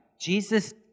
Jesus